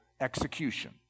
execution